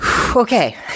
Okay